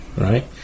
right